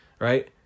Right